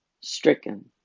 stricken